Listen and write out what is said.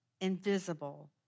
invisible